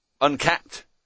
Uncapped